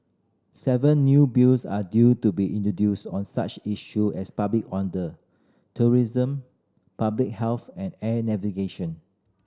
seven new Bills are due to be introduced on such issue as public order tourism public health and air navigation